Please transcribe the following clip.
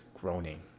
groaning